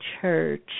church